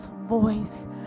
voice